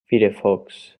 firefox